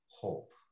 hope